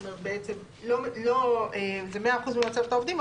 בעצם זה 100% ממצבת העובדים,